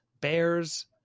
bears